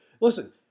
Listen